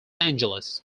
angeles